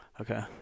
Okay